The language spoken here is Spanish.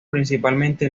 principalmente